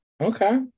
Okay